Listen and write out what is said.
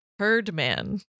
Herdman